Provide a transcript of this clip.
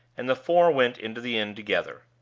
and the four went into the inn together.